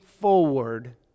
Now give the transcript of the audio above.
forward